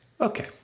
Okay